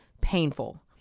painful